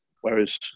whereas